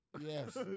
Yes